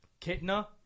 Kitna